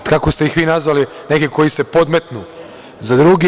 Kako ste ih vi nazvali - neki koji se podmetnu za druge.